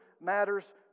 matters